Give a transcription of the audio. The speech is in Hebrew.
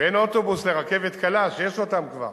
בין אוטובוס לרכבת קלה, שיש כבר,